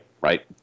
right